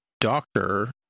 doctor